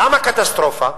למה קטסטרופה?